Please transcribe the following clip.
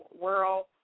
world